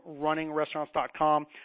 RunningRestaurants.com